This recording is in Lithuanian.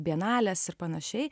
bianales ir panašiai